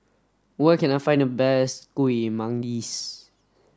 where can I find the best Kueh Manggis